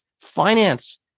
finance